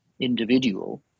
individual